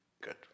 Good